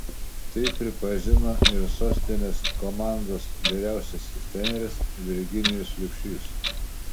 tai pripažino ir sostinės komandos vyriausiasis treneris virginijus liubšys